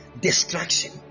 Destruction